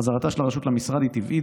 חזרתה של הרשות למשרד היא טבעית.